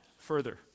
further